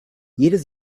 jedes